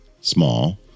Small